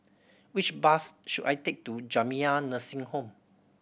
which bus should I take to Jamiyah Nursing Home